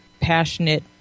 passionate